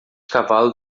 cavalo